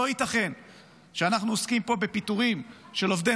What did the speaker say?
לא ייתכן שאנחנו עוסקים פה בפיטורים של עובדי